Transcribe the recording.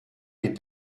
des